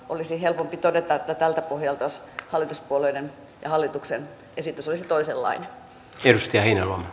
olisi helpompi todeta että tältä pohjalta hallituspuolueiden ja hallituksen esitys olisi toisenlainen